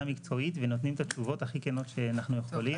מקצועית ונותנים את התשובות הכי כנות שאנחנו יכולים.